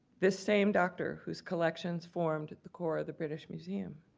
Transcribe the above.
this same doctor whose collections formed the core of the british museum.